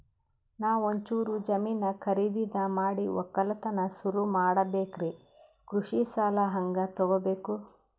ನಾ ಒಂಚೂರು ಜಮೀನ ಖರೀದಿದ ಮಾಡಿ ಒಕ್ಕಲತನ ಸುರು ಮಾಡ ಬೇಕ್ರಿ, ಕೃಷಿ ಸಾಲ ಹಂಗ ತೊಗೊಬೇಕು?